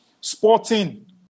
Sporting